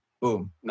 Boom